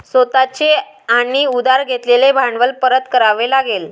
स्वतः चे आणि उधार घेतलेले भांडवल परत करावे लागेल